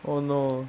oh no